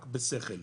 רק בשכל.